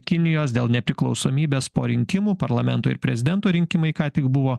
kinijos dėl nepriklausomybės po rinkimų parlamento ir prezidento rinkimai ką tik buvo